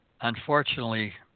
unfortunately